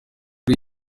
iyi